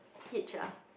hitch ah